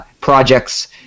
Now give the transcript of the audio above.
projects